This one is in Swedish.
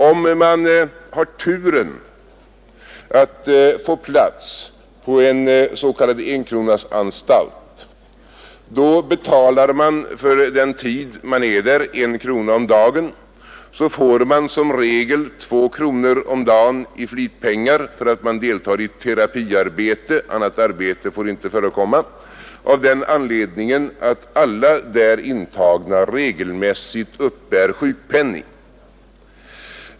Om man har turen att få plats på en s.k. enkronasanstalt betalar man för den tid man är där en krona om dagen. Så får man som regel två kronor om dagen i flitpengar för att man deltar i terapiarbete — annat arbete får inte förekomma av den anledningen att alla där intagna regelmässigt uppbär sjukpenning.